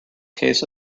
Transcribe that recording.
case